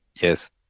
Yes